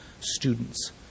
students